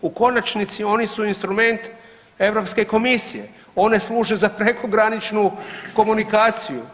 U konačnici oni su instrument Europske komisije, one služe za prekograničnu komunikaciju.